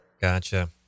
Gotcha